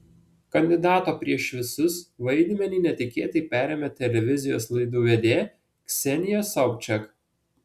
kandidato prieš visus vaidmenį netikėtai perėmė televizijos laidų vedėja ksenija sobčiak